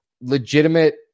legitimate